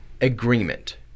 agreement